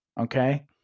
Okay